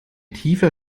tiefer